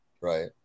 Right